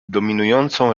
dominującą